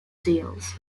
deals